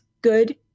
good